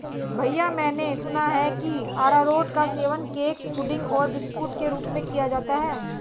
भैया मैंने सुना है कि अरारोट का सेवन केक पुडिंग और बिस्कुट के रूप में किया जाता है